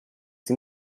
sie